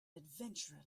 adventurer